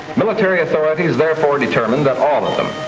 military authorities therefore determined that all of them,